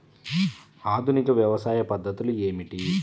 ఆధునిక వ్యవసాయ పద్ధతులు ఏమిటి?